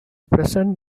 present